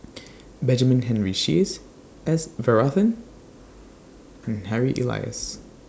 Benjamin Henry Sheares S Varathan and Harry Elias